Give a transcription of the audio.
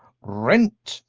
rent!